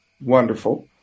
wonderful